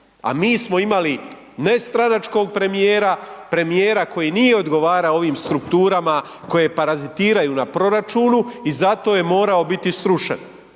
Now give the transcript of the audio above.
A mi smo imali nestranačkog premijera, premijera koji nije odgovarao ovim strukturama koje paratiziraju na proračunu i zato je morao biti srušen.